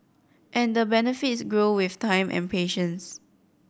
and the benefits grow with time and patience